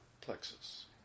plexus